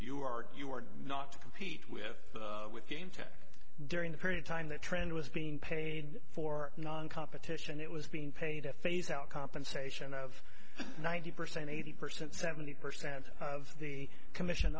you are not to compete with with game tech during the period time the trend was being paid for non competition it was being paid to phase out compensation of ninety percent eighty percent seventy percent of the commission